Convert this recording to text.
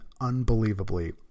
unbelievably